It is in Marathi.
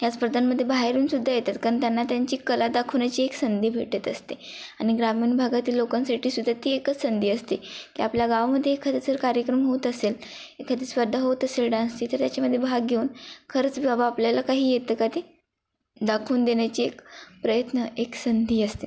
ह्या स्पर्धांमध्ये बाहेरून सुद्धा येतात कारण त्यांना त्यांची कला दाखवण्याची एक संधी भेटत असते आणि ग्रामीण भागातील लोकांसाठी सुद्धा ती एकच संधी असते की आपल्या गावामध्ये एखादा जर कार्यक्रम होत असेल एखादी स्पर्धा होत असेल डान्सची तर त्याच्यामध्ये भाग घेऊन खरंच बाबा आपल्याला काही येतं का ते दाखवून देण्याची एक प्रयत्न एक संधी असते